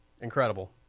Incredible